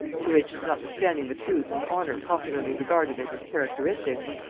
to which, notwithstanding the truth and honor popularly regarded as his characteristics,